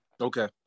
Okay